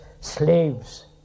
slaves